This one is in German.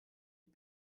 die